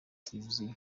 televiziyo